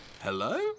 Hello